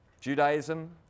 Judaism